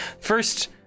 First